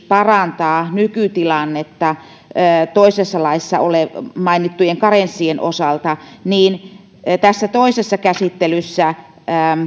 parantaa nykytilannetta toisessa laissa mainittujen karenssien osalta niin tässä toisessa käsittelyssä